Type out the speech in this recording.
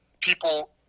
people